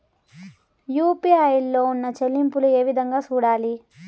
UPI లో ఉన్న చెల్లింపులు ఏ విధంగా సూడాలి